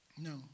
No